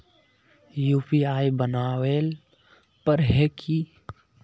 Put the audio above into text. UPI बनावेल पर है की?